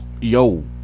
Yo